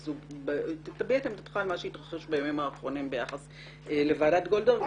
תביע את עמדתך על מה שהתרחש בימים האחרונים ביחס לוועדת גולדברג.